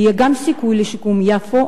יהיה גם סיכוי לשיקום יפו,